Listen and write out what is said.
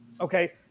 okay